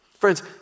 Friends